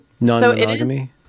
Non-monogamy